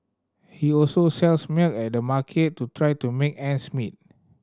he also sells milk at the market to try to make ends meet